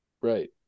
Right